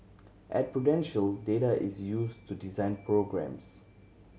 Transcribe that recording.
at Prudential data is used to design programmes